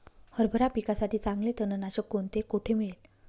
हरभरा पिकासाठी चांगले तणनाशक कोणते, कोठे मिळेल?